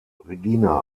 regina